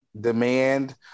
demand